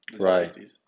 Right